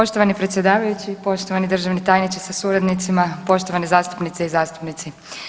Poštovani predsjedavajući, poštovani državni tajniče sa suradnicima, poštovane zastupnice i zastupnici.